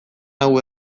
hau